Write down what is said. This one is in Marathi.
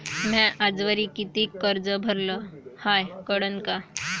म्या आजवरी कितीक कर्ज भरलं हाय कळन का?